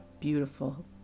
beautiful